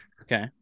Okay